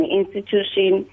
institution